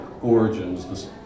origins